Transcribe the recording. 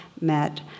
met